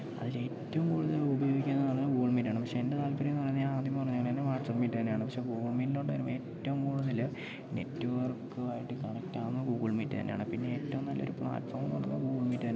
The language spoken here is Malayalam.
അതിലേറ്റവും കൂടുതലുപയോഗിക്കുകയെന്നു പറഞ്ഞാൽ ഗൂഗിൾ മീറ്റാണ് പക്ഷേ എൻ്റെ താൽപ്പര്യമെന്നു പറയുന്നത് ഞാൻ ആദ്യം പറഞ്ഞതു പോലെ എൻ്റെ വാട്സാപ്പ് മീറ്റ് തന്നെയാണ് പക്ഷേ ഗൂഗിൾ മീറ്റിലോട്ട് വരുമ്പം ഏറ്റവും കൂടുതൽ നെറ്റ്വർക്ക് ആയിട്ട് കണക്റ്റാകുന്നത് ഗൂഗിൾ മീറ്റ് തന്നെയാണ് പിന്നെ ഏറ്റവും നല്ലൊരു പ്ലാറ്റ്ഫോം എന്നു പറയുന്നത് ഗൂഗിൾ മീറ്റ് തന്നെയാണ്